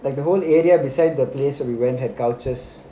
like the whole area beside the place where we went have cultures